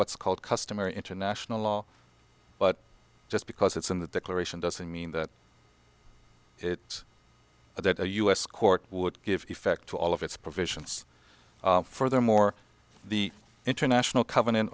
what's called customary international law but just because it's in the declaration doesn't mean that it or that a u s court would give effect to all of its provisions furthermore the international covenant